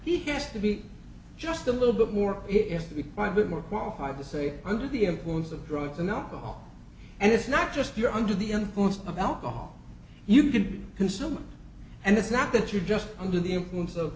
he has to be just a little bit more if we buy bit more qualified to say under the influence of drugs and alcohol and it's not just you under the influence of alcohol you can consume and it's not that you're just under the influence of